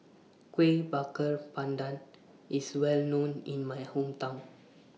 Kuih Bakar Pandan IS Well known in My Hometown